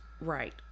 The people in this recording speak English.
right